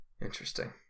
interesting